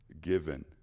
given